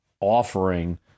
offering